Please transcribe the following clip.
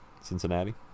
Cincinnati